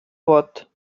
vot